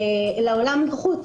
לעולם בחוץ,